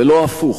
ולא הפוך,